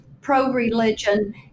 pro-religion